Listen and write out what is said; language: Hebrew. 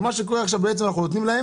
מה שקורה עכשיו זה שאנחנו נותנים להם